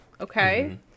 okay